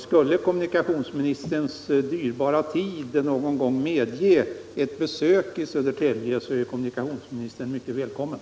Skulle kommunikationsministerns dyrbara tid någon gång medge ett besök i Södertälje, är han mycket välkommen.